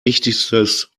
wichtigstes